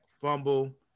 fumble